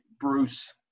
Bruce